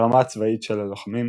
הרמה הצבאית של הלוחמים,